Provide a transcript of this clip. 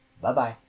Bye-bye